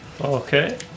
Okay